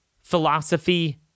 philosophy